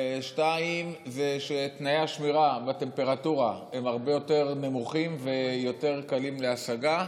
שתיים שתנאי השמירה והטמפרטורה הם הרבה יותר נמוכים ויותר קלים להשגה,